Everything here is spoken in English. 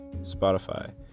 Spotify